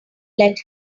let